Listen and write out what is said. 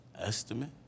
Estimate